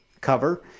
cover